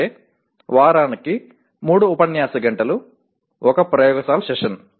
అంటే వారానికి 3 ఉపన్యాస గంటలు 1 ప్రయోగశాల సెషన్